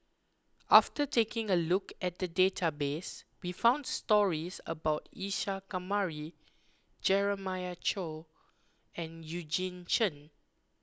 after taking a look at the database we found stories about Isa Kamari Jeremiah Choy and Eugene Chen